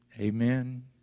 Amen